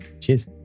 Cheers